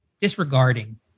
disregarding